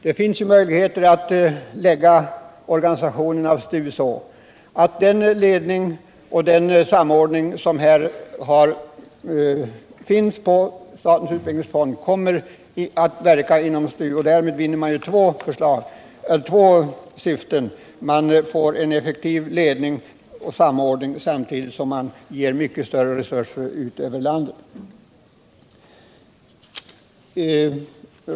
Det finns ju möjligheter att organisera STU så att den ledning och samordning som finns på statens utvecklingsfond kommer att tilllämpas inom STU. Därmed vinner man två syften: man får en effektiv ledning och samordning, samtidigt som man sprider mycket större resurser ut över landet.